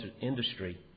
industry